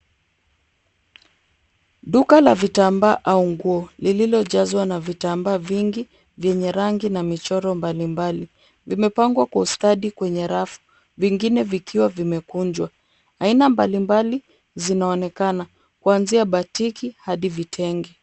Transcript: Duka la vitambaa au nguo lililojazwa na vitambaa vingi vyenye rangi na michoro mbalimbali .Vimepangwa kwa ustadi kwenye rafu vingine vikiwa vimekunjwa. Aina mbalimbali zinaonekana kuanzia batiki hadi vitenge.